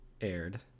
aired